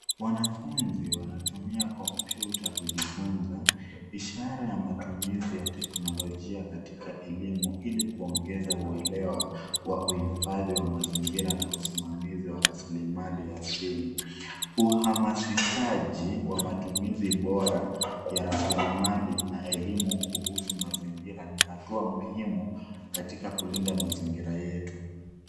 Wanafunzi wanatumia kompyuta kujifunza ishara ya matumizi ya teknolojia katika elimu, ili kuongeza uelewa wa uhifadhi wa mazingira na usimamizi wa rasilimali asili. Uhamasishaji wa matumizi bora ya rasilimali na elimu kuhusu mazingira ni hatua muhimu katika kulinda mazingira yetu.